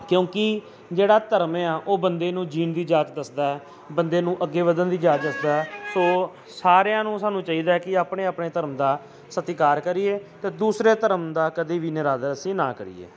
ਕਿਉਂਕਿ ਜਿਹੜਾ ਧਰਮ ਆ ਉਹ ਬੰਦੇ ਨੂੰ ਜਿਉਣ ਦੀ ਜਾਂਚ ਦੱਸਦਾ ਹੈ ਬੰਦੇ ਨੂੰ ਅੱਗੇ ਵਧਣ ਦੀ ਜਾਂਚ ਦੱਸਦਾ ਸੋ ਸਾਰਿਆਂ ਨੂੰ ਸਾਨੂੰ ਚਾਹੀਦਾ ਕਿ ਆਪਣੇ ਆਪਣੇ ਧਰਮ ਦਾ ਸਤਿਕਾਰ ਕਰੀਏ ਅਤੇ ਦੂਸਰੇ ਧਰਮ ਦਾ ਕਦੇ ਵੀ ਨਿਰਾਦਰ ਅਸੀਂ ਨਾ ਕਰੀਏ